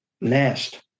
Nest